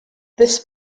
this